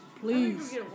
Please